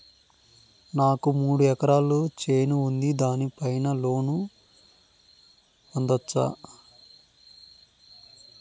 నాకు మూడు ఎకరాలు చేను ఉంది, దాని పైన నేను లోను పొందొచ్చా?